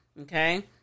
Okay